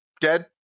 dead